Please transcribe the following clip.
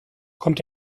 kommt